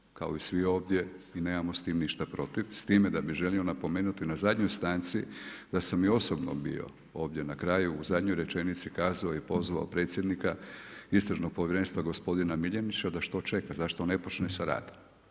Prihvatili smo kao i svi ovdje, mi nemamo s tim ništa protiv s time da bi želio napomenuti, na zadnjoj stanci da sam i osobno bio ovdje na kraju u zadnjoj rečenici kazao i pozvao predsjednika Istražnog povjerenstva, gospodina Miljenića, da što čeka, zašto ne počne sa radom.